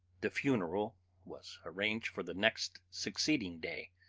the funeral was arranged for the next succeeding day,